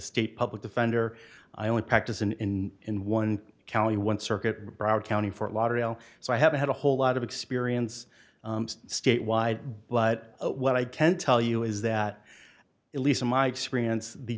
state public defender i only practice in in one county one circuit broward county fort lauderdale so i haven't had a whole lot of experience statewide but what i can tell you is that at least in my experience the